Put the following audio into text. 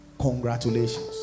Congratulations